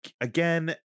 again